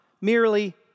merely